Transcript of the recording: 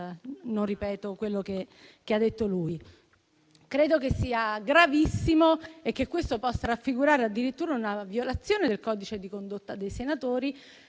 non ripeto quello che ha detto. Credo che ciò sia gravissimo e che possa configurare addirittura una violazione del codice di condotta dei senatori,